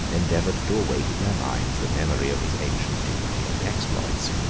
endeavored to awake in their minds the memory of his ancient dignity and exploits.